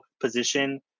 position